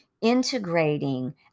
integrating